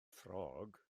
ffrog